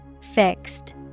Fixed